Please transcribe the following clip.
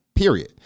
period